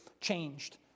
changed